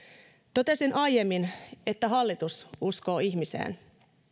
totesin aiemmin että hallitus uskoo ihmiseen